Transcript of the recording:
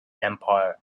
empire